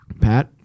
Pat